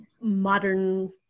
modern